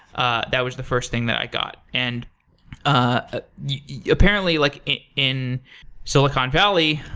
ah that was the first thing that i got. and ah yeah apparently, like in silicon valley,